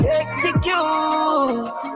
execute